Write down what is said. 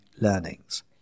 learnings